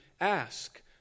ask